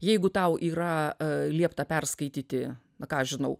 jeigu tau yra liepta perskaityti ką aš žinau